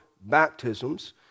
baptisms